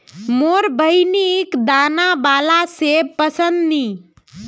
मोर बहिनिक दाना बाला सेब पसंद नी